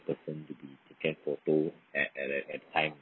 person to be taken photo at at at at a time